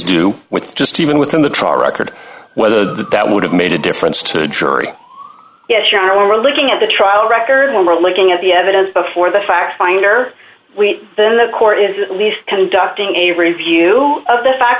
do with just even within the trial record whether that would have made a difference to a jury yes you are looking at a trial record when we're looking at the evidence before the fact finder we then the court is at least conducting a review of the fact